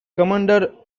commander